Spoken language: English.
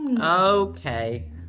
Okay